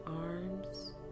arms